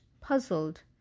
puzzled